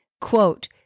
Quote